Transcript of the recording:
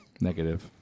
Negative